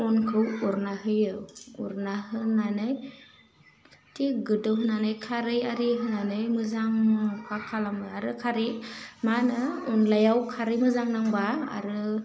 अनखौ उरना होयो उरना होनानै थिग गोदौ होनानै खारै आरि होनानै मोजां फाख खालामो आरो खारै मा होनो अनलायाव खारै मोजां नांबा आरो